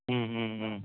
ம் ம் ம்